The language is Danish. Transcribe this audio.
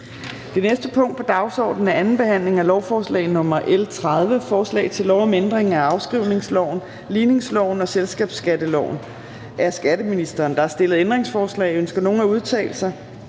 Det næste punkt på dagsordenen er: 15) 2. behandling af lovforslag nr. L 30: Forslag til lov om ændring af afskrivningsloven, ligningsloven og selskabsskatteloven. (Midlertidig forhøjelse af fradrag